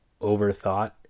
overthought